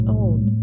old